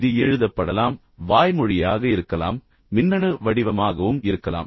இது எழுதப்படலாம் வாய்மொழியாக இருக்கலாம் மின்னணு வடிவமாகவும் இருக்கலாம்